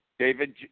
David